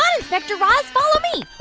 ah inspector raz, follow me.